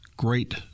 Great